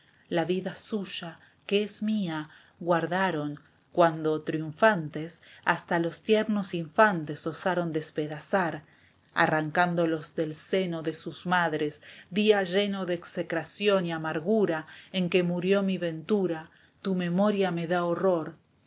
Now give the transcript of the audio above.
la vida suya que es mía guardaron cuando triunfantes hasta los tiernos infantes osaron despedazar arrancándolos del seno de sus madres día lleno de execración y amargura en que murió mi ventura esteban echeveeeía tu memoria me da horror